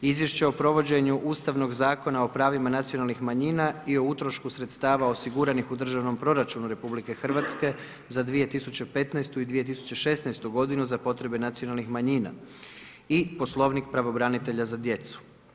Izvješće o provođenu Ustavnog zakona o pravima nacionalnih manjina i o utrošku sredstava osiguranih u državnom proračunu RH za 2015. i 2016. godinu za potrebe nacionalnih manjina i Poslovnik pravobranitelja za djecu.